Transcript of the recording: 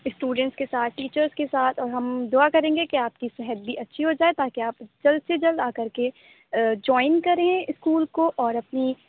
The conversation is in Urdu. اسٹوڈنٹس کے ساتھ ٹیچرس کے ساتھ ہم دعا کریں گے کہ آپ کی صحت بھی اچھی ہو جائے تاکہ آپ جلد سے جلد آ کر کے جوائن کریں اسکول کو اور اپنی